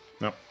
No